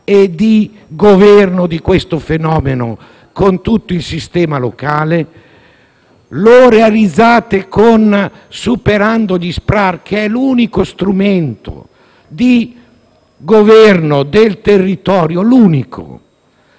e di governo di questo fenomeno con tutto il sistema locale? Lo realizzate superando gli SPRAR, che è l'unico strumento di governo del territorio, e